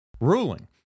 ruling